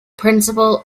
principle